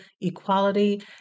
equality